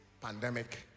pandemic